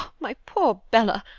my poor bella,